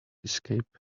escape